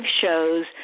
shows